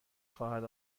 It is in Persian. خواهد